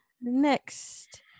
next